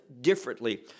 differently